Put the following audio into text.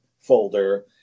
folder